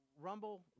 rumble